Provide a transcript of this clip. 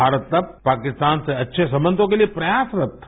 भारत तब पाकिस्तान से अच्छे संबंधों के लिए प्रयासरत था